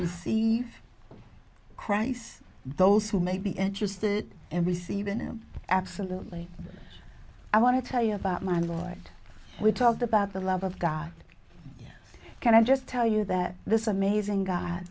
cries those who may be interested in receiving them absolutely i want to tell you about my lord we talked about the love of god can i just tell you that this amazing